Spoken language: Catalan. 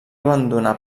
abandonà